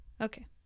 Okay